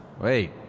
Wait